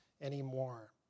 anymore